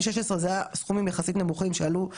והצטברו והרבה אנשים יצאו בלי לקחת אותם.